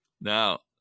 Now